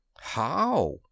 How